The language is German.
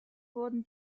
wurden